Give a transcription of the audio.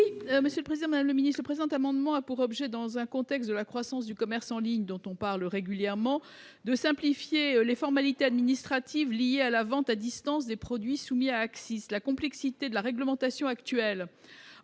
: La parole est à Mme Nathalie Goulet. Le présent amendement a pour objet, dans le contexte de la croissance du commerce en ligne, dont on parle régulièrement, de simplifier les formalités administratives liées à la vente à distance de produits soumis à accises. La complexité de la réglementation actuelle